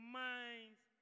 minds